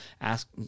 ask